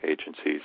agencies